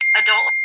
adult